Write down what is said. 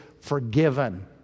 forgiven